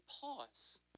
pause